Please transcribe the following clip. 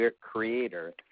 creator